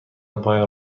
پایم